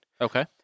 Okay